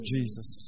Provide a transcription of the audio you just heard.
Jesus